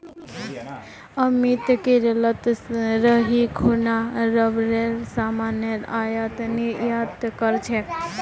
अमित केरलत रही खूना रबरेर सामानेर आयात निर्यात कर छेक